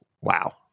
wow